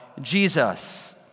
Jesus